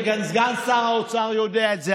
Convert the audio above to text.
וגם סגן שר האוצר יודע את זה,